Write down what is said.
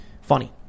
funny